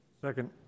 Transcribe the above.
Second